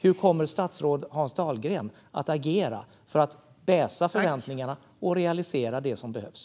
Hur kommer statsrådet Hans Dahlgren att agera för att baissa förväntningarna och realisera det som behövs?